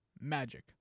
magic